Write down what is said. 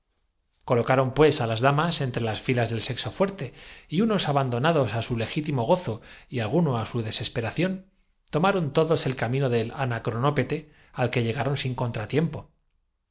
colocaron pues á las damas entre las filas del sexo fuerte y unos abandonados á su legítimo gozo y a situación á bordo había cambiado comple tamente las muchachas bailaban alguno á su desesperación tomaron todos el camino en un pié del anacronópete al que llegaron sin contratiempo